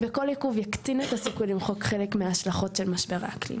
וכל עיכוב יקטין את הסיכוי למחוק חלק מההשלכות של משבר האקלים.